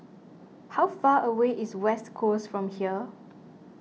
how far away is West Coast from here